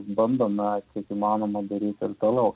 bandome kiek įmanoma daryt ir toliau